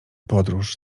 podróż